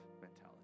mentality